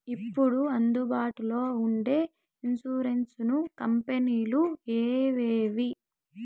ఇప్పుడు అందుబాటులో ఉండే ఇన్సూరెన్సు కంపెనీలు ఏమేమి?